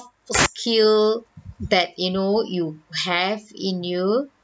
skill that you know you have in you